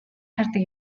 хардаг